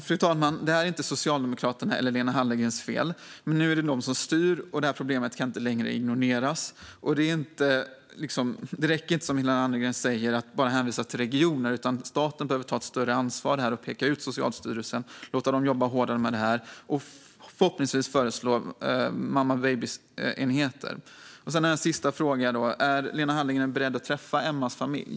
Fru talman! Detta är inte Socialdemokraternas eller Lena Hallengrens fel. Men nu är det de som styr, och det här problemet kan inte längre ignoreras. Det räcker inte att, som Lena Hallengren gör, bara hänvisa till regionerna, utan staten behöver ta ett större ansvar här och peka ut Socialstyrelsen, låta dem jobba hårdare med det här och förhoppningsvis föreslå mamma och spädbarnsenheter. Sedan har jag en sista fråga: Är Lena Hallengren beredd att träffa Emmas familj?